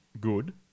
Good